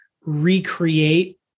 recreate